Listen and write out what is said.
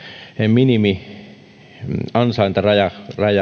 minimiansaintaraja